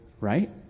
right